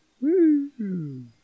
Woo